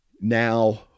now